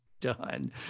done